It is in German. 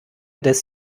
des